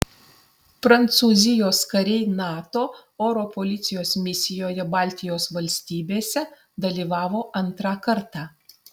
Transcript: prancūzijos kariai nato oro policijos misijoje baltijos valstybėse dalyvavo antrą kartą